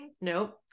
Nope